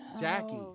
Jackie